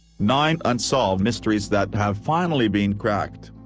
nine unsolved mysteries that have finally been cracked.